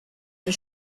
and